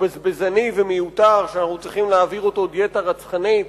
בזבזני ומיותר שאנחנו צריכים להעביר אותו דיאטה רצחנית,